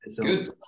Good